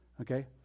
Okay